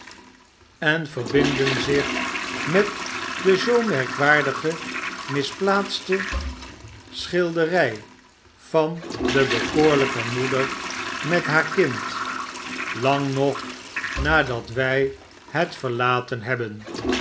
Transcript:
overdrukken binden zich met de zoo merkwaardige misplaatste schilderij van de bekoorlyke moeder met haar kind lang nog nadat wij het verlaten hebben